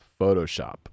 Photoshop